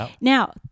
Now